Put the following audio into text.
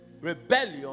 rebellion